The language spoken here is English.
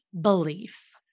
belief